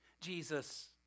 Jesus